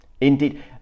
Indeed